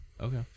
Okay